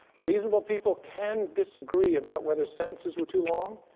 reasonable people can disagree about whether sentences were too long.